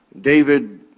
David